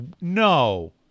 No